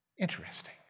Interesting